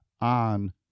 on